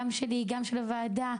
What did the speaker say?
גם שלי וגם של הועדה,